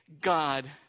God